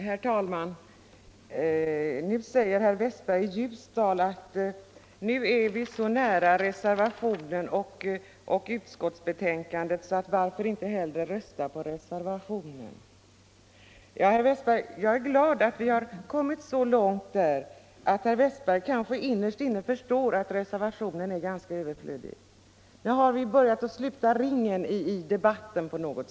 Herr talman! Herr Westberg i Ljusdal säger att reservationen och utskottsbetänkandet ligger så nära varandra och frågar: Varför inte rösta på reservationen? Jag är glad över att vi har kommit så långt att herr Westberg innerst inne kanske förstår att reservationen är ganska överflödig. Nu har vi på något sätt slutit ringen i debatten.